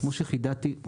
כמו שחידדתי,